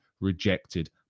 rejected